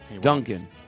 Duncan